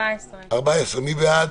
רוויזיה על הסתייגות מס' 8. מי בעד?